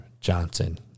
Johnson